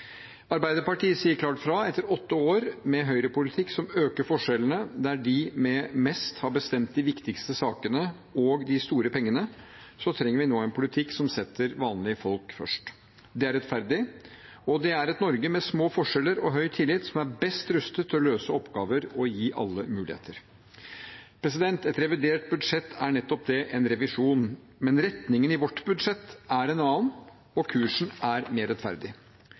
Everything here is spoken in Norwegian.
Arbeiderpartiet sier klart ifra: Etter åtte år med høyrepolitikk som øker forskjellene, der de med mest har bestemt de viktigste sakene og de store pengene, trenger vi nå en politikk som setter vanlige folk først. Det er rettferdig. Det er et Norge med små forskjeller og høy tillit som er best rustet til å løse oppgavene og gi alle muligheter. Et revidert budsjett er nettopp det, en revisjon, men retningen i vårt budsjett er en annen, og kursen er mer rettferdig.